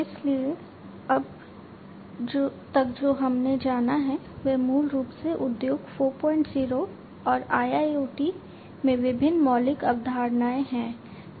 इसलिए अब तक जो हमने जाना है वह मूल रूप से उद्योग 40 और IIoT में विभिन्न मौलिक अवधारणाएं हैं